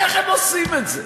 איך הם עושים את זה?